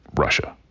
Russia